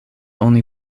oni